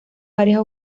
varias